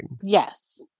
Yes